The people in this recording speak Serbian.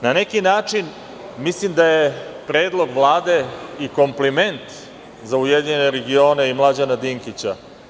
Na neki način, mislim da je predlog Vlade i kompliment za URS i Mlađana Dinkića.